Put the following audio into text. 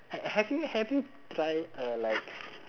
ha~ have you have you try uh like